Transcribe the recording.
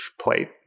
plate